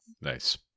Nice